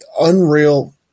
unreal